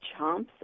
chomps